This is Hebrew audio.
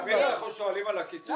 תמיד אנחנו שואלים על הקיצוץ.